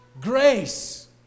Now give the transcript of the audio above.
grace